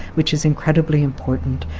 which is incredibly important,